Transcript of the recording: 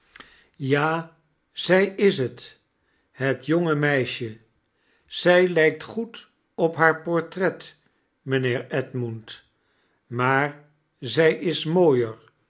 ja zij is t het jooge meisje zij lijkt goed op haar portret mijnheer edmund maar zij is mooier